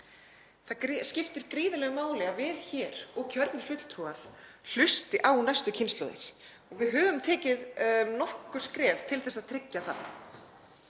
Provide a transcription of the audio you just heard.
Það skiptir gríðarlegu máli að við hér og kjörnir fulltrúar hlusti á næstu kynslóðir. Við höfum tekið nokkur skref til að tryggja það.